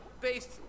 based